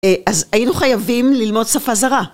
אז היינו חייבים ללמוד שפה זרה.